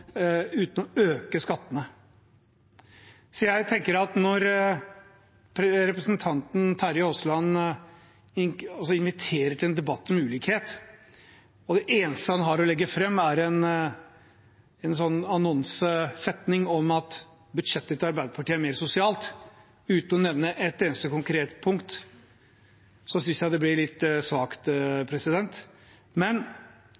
uten å øke skattene. Når representanten Terje Aasland inviterer til en debatt om ulikhet, og det eneste han har å legge fram, er en annonsesetning om at budsjettet til Arbeiderpartiet er mer sosialt, uten å nevne et eneste konkret punkt, synes jeg det blir litt svakt. Men